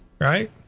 Right